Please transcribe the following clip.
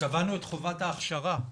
קבענו את חובת ההכשרה,